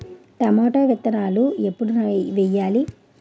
Tomato విత్తనాలు ఎప్పుడు వెయ్యాలి?